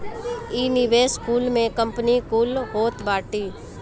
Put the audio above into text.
इ निवेशक कुल में कंपनी कुल होत बाटी